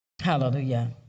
Hallelujah